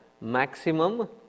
maximum